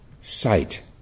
sight